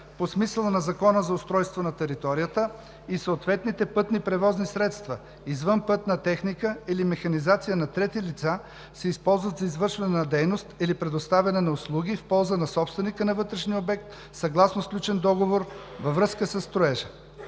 по смисъла на Закона за устройство на територията и съответните пътни превозни средства, извънпътна техника или механизация на трети лица се използват за извършване на дейности или предоставяне на услуги в полза на собственика на вътрешния обект съгласно сключен договор във връзка със строежа.“